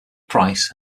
price